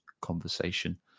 conversation